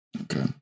Okay